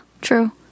true